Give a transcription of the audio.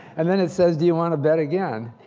and then, it says do you want to bet again?